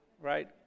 right